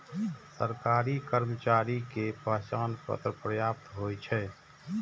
सरकारी कर्मचारी के पहचान पत्र पर्याप्त होइ छै